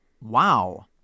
Wow